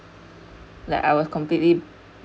like I was completely